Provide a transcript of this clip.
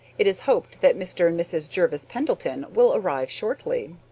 it is hoped that mr. and mrs. jervis pendleton will arrive shortly.